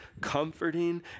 comforting